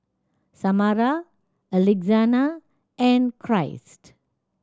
Samara Alexina and Christ